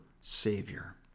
Savior